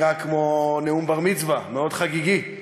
כמו נאום בר-מצווה, מאוד חגיגי.